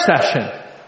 session